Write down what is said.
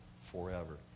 forever